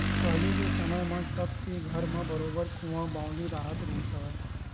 पहिली के समे म सब के घर म बरोबर कुँआ बावली राहत रिहिस हवय